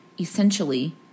essentially